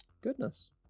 Goodness